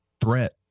threat